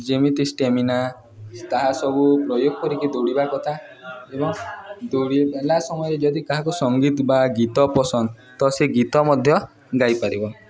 ଯେମିତି ଷ୍ଟାମିନା ତାହା ସବୁ ପ୍ରୟୋଗ କରିକି ଦୌଡ଼ିବା କଥା ଏବଂ ଦୌଡ଼ିଲା ସମୟରେ ଯଦି କାହାକୁ ସଙ୍ଗୀତ ବା ଗୀତ ପସନ୍ଦ ତ ସେ ଗୀତ ମଧ୍ୟ ଗାଇପାରିବ